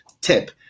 tip